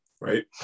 right